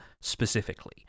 specifically